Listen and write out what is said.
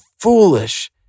foolish